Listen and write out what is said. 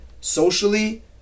socially